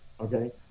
okay